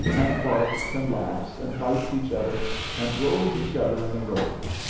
and barks and laughs, and bites each other and rolls each other in the road.